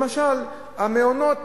למשל, המעונות.